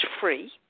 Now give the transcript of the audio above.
free